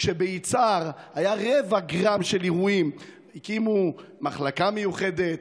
כשביצהר היה רבע גרם של אירועים הקימו מחלקה מיוחדת,